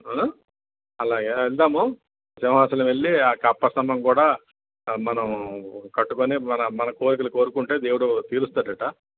ఆ అలాగా వెళ్దాము సింహాచలం వెళ్ళి ఆ కప్ప స్తంభం కూడా మనం కట్టుకొని మన మన కోరికలు కోరుకుంటే దేవుడు తీరుస్తాడట